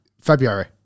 February